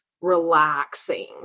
relaxing